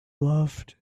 loved